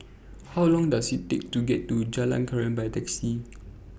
How Long Does IT Take to get to Jalan Krian By Taxi